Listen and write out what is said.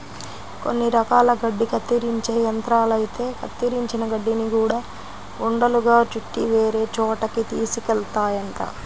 కొన్ని రకాల గడ్డి కత్తిరించే యంత్రాలైతే కత్తిరించిన గడ్డిని గూడా ఉండలుగా చుట్టి వేరే చోటకి తీసుకెళ్తాయంట